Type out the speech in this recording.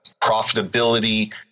profitability